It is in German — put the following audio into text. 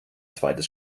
zweites